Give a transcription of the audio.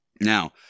Now